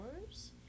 hours